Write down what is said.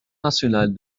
nationale